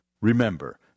Remember